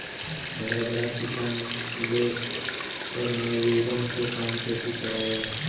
बड़ा बड़ा किसान लोग सब मजूरन से खेती करावलन